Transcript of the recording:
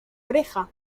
oreja